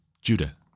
Judah